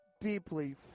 deeply